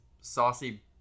saucy